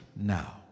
now